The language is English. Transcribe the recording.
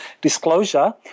disclosure